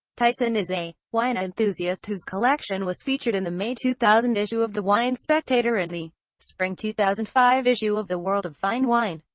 tyson is a wine enthusiast whose collection was featured in the may two thousand issue of the wine spectator and the spring two thousand and five issue of the world of fine wine.